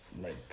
like-